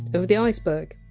of the iceberg.